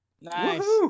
Nice